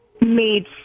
made